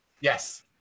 Yes